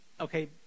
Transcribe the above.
Okay